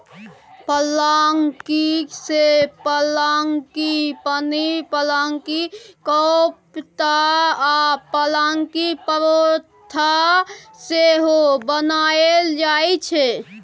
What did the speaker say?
पलांकी सँ पलांकी पनीर, पलांकी कोपता आ पलांकी परौठा सेहो बनाएल जाइ छै